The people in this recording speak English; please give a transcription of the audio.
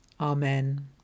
Amen